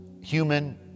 human